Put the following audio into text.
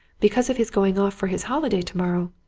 because of his going off for his holiday tomorrow.